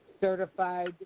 certified